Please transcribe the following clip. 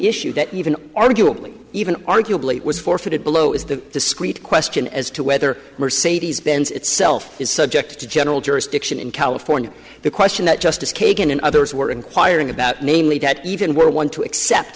issue that even arguably even arguably was forfeited below is the discreet question as to whether mercedes benz itself is subject to general jurisdiction in california the question that justice kagan and others were inquiring about namely that even were one to accept